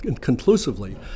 conclusively